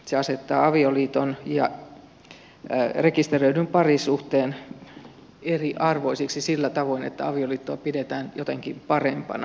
se asettaa avioliiton ja rekisteröidyn parisuhteen eriarvoisiksi sillä tavoin että avioliittoa pidetään jotenkin parempana